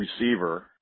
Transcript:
receiver